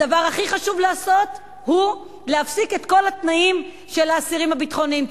הדבר הכי חשוב לעשות הוא להפסיק את כל התנאים של האסירים הביטחוניים.